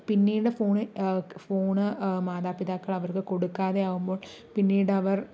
പിന്നീട് phone phone മാതാപിതാക്കൾ അവർക്ക് കൊടുക്കാതെയാവുമ്പോൾ പിന്നീടവർ